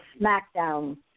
smackdown